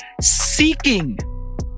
seeking